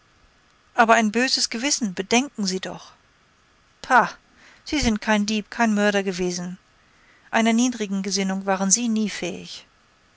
aber ein böses gewissen bedenken sie doch pah sie sind kein dieb kein mörder gewesen einer niedrigen gesinnung waren sie nie fähig